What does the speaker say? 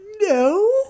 no